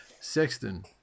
Sexton